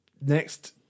next